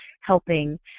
helping